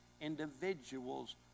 individual's